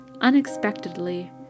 unexpectedly